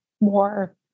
more